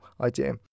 idea